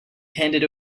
handed